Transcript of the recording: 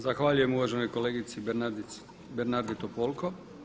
Zahvaljujem uvaženoj kolegici Bernardi Topolko.